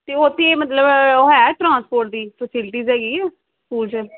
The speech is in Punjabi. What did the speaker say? ਅਤੇ ਉੱਥੇ ਮਤਲਬ ਉਹ ਹੈ ਟ੍ਰਾਂਸਪੋਰਟ ਦੀ ਫਸਿਲਟੀਜ਼ ਹੈਗੀ ਹੈ ਸਕੂਲ 'ਚ